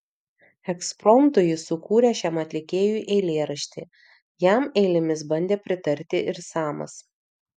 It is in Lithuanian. ekspromtu jis sukūrė šiam atlikėjui eilėraštį jam eilėmis bandė pritarti ir samas